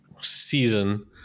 season